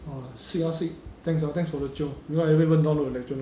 !wah! sick ah sick thanks ah thanks for the jio though I haven't even download the lecture